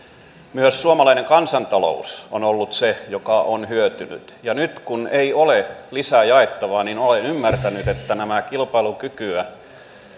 myös suomalainen kansantalous on ollut se joka on hyötynyt ja nyt kun ei ole lisää jaettavaa niin olen ymmärtänyt että nämä kilpailukykyä